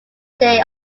day